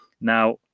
Now